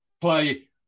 play